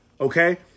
okay